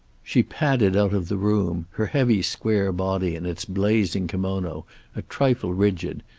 she padded out of the room, her heavy square body in its blazing kimono a trifle rigid,